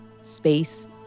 Space